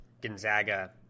Gonzaga